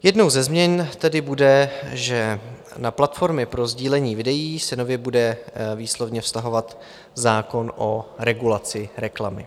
Jednou ze změn tedy bude, že na platformy pro sdílení videí se nově bude výslovně vztahovat zákon o regulaci reklamy.